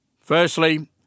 Firstly